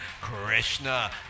krishna